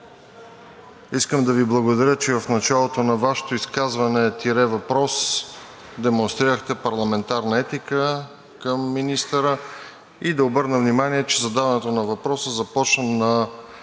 Искам да Ви благодаря, че в началото на Вашето изказване – въпрос, демонстрирахте парламентарна етика към министъра. И да обърна внимание, че задаването на въпроса започна на